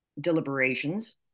deliberations